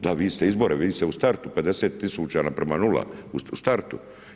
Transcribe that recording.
Da vi ste izbore, vidi se u startu 50 tisuća prema nula u startu.